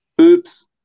Oops